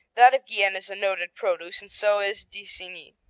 that of gien is a noted produce, and so is d'isigny.